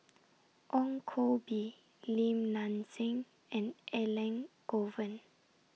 Ong Koh Bee Lim Nang Seng and Elangovan